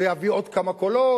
זה יביא עוד כמה קולות,